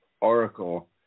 oracle